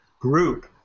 group